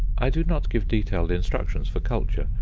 i do not give detailed instructions for culture.